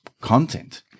content